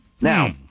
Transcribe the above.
Now